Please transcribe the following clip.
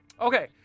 okay